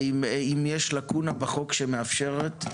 ואם יש לקונה בחוק שמאפשרת,